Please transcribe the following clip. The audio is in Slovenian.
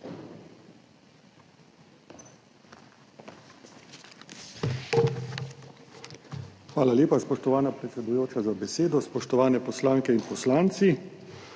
Hvala lepa, spoštovana predsedujoča za besedo. Spoštovani poslanke in poslanci!